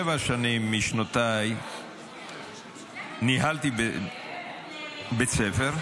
שנים משנותיי ניהלתי בית ספר,